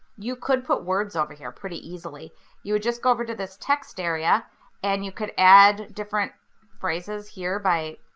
you could put words over here pretty easily you would just go over to this text area and you could add different phrases here by